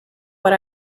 what